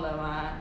liao